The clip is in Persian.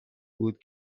بود